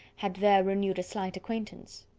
had there renewed a slight acquaintance.